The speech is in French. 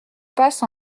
passe